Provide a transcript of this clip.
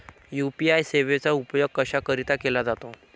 UPI सेवेचा उपयोग कशाकरीता केला जातो?